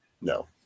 No